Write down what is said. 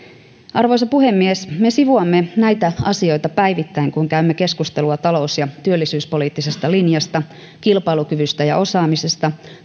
arvoisa puhemies me sivuamme näitä asioita päivittäin kun käymme keskustelua talous ja työllisyyspoliittisesta linjasta kilpailukyvystä ja osaamisesta